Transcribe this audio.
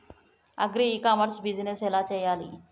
Agri e commerce business ఎలా చెయ్యాలి?